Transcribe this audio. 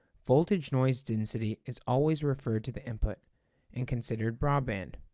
voltage noise density is always referred to the input and considered broadband.